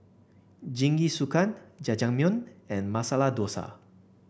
Jingisukan Jajangmyeon and Masala Dosa